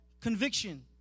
conviction